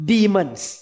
Demons